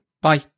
Bye